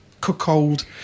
cook-old